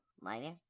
Lighter